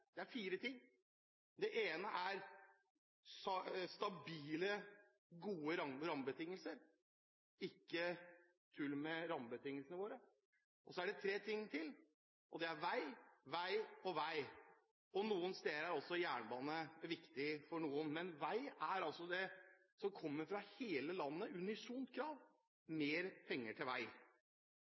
næringslivet, er fire ting. Det ene er stabile, gode rammebetingelser. Ikke tull med rammebetingelsene våre! Så er det tre ting til, og det er vei, vei og vei. Noen steder er også jernbane viktige for noen, men vei er altså det som kommer fra hele landet – et unisont krav: mer penger til vei!